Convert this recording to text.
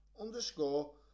underscore